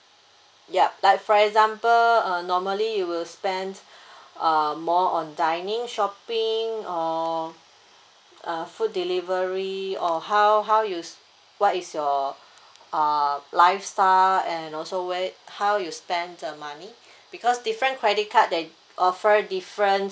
yup like for example err normally you will spend err more on dining shopping or uh food delivery or how how you what is your uh lifestyle and also where how you spend the money because different credit card they offer different